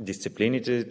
дисциплините и